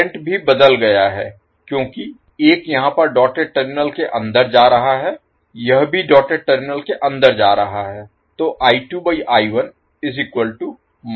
current भी बदल गया है क्योंकि एक यहाँ पर डॉटेड टर्मिनल के अंदर जा रहा है यह भी डॉटेड टर्मिनल के अंदर जा रहा है